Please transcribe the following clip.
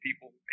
people